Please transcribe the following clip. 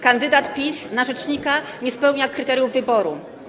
Kandydat PiS na rzecznika nie spełnia kryteriów wyboru.